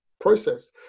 process